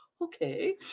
okay